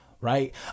Right